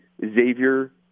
Xavier